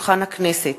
הכנסת,